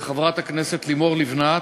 לחברת הכנסת לימור לבנת,